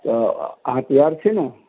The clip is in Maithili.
तऽ अहाँ तैयार छी न